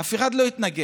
בסדר, אף אחד לא התנגד.